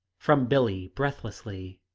from billie, breathlessly.